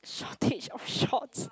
shortage of shorts